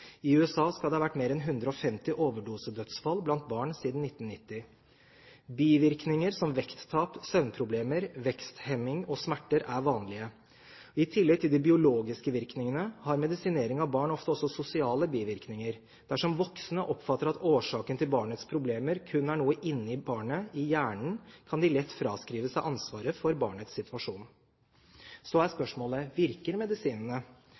I USA skal det ha vært mer enn 150 overdosedødsfall blant barn siden 1990. Bivirkninger som vekttap, søvnproblemer, veksthemming og smerter er vanlige. I tillegg til de biologiske virkningene har medisinering av barn ofte også sosiale bivirkninger. Dersom voksne oppfatter at årsaken til barnets problemer kun er noe inni barnet – i hjernen – kan de lett fraskrive seg ansvaret for barnets situasjon. Så er spørsmålet: Virker medisinene?